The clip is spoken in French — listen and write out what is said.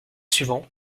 suivants